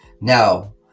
now